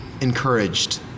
encouraged